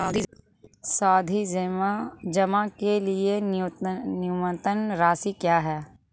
सावधि जमा के लिए न्यूनतम राशि क्या है?